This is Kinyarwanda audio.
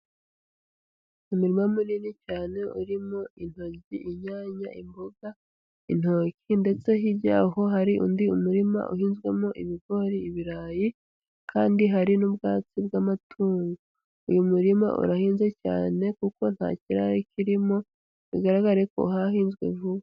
Umurima munini cyane, urimo intoryi, inyanya, imboga, intoki, ndetse hirya aho hari undi murima uhinzwemo ibigori, ibirayi, kandi hari n'ubwatsi bw'amatungo. Uyu murima urahinze cyane kuko nta kirare kirimo, bigaragare ko hahinzwe vuba.